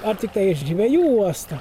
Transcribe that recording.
ar tiktai žvejų uostą